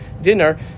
dinner